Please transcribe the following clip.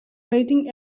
waiting